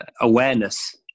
awareness